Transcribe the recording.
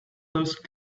those